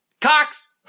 Cox